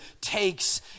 takes